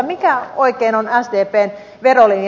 mikä oikein on sdpn verolinja